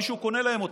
מישהו קונה להם אותן.